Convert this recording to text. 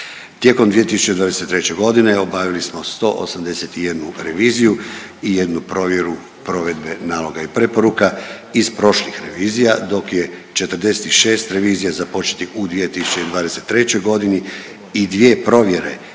Tijekom 2023. godine obavili smo 181 reviziju i 1 provjeru provedbe naloga i preporuka iz prošlih revizija dok je 46 revizija započetih u 2023. godini i 2 provjere provedbe